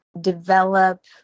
develop